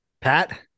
Pat